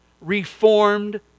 Reformed